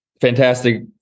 fantastic